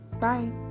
Bye